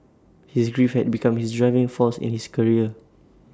his grief had become his driving force in his career